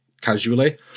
casually